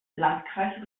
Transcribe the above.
landkreis